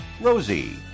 rosie